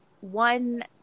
one